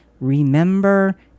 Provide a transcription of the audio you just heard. remember